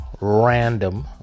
random